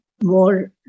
more